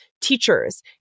teachers